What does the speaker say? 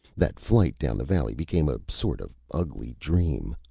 that flight down the valley became a sort of ugly dream.